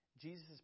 Jesus